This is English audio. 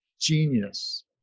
Genius